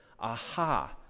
aha